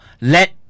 let